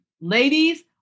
ladies